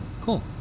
Cool